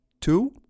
two